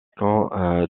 camps